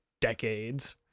decades